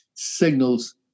signals